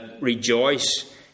rejoice